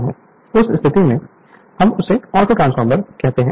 उस स्थिति में हम इसे ऑटोट्रांसफॉर्मर कहते हैं